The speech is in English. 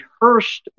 rehearsed